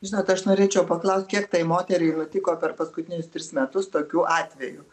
žinot aš norėčiau paklaust kiek tai moteriai nutiko per paskutinius tris metus tokių atvejų